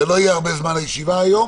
הישיבה היום